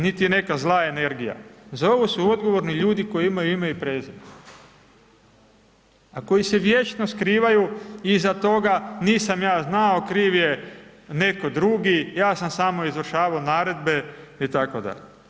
Niti neka zla energija, za ovo su odgovorni ljudi koji imaju ime i prezime, a koji se vječno skrivaju iza toga nisam ja znao, kriv je netko drugi, ja sam samo izvršavao naredbe itd.